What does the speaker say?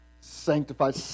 sanctified